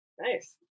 Nice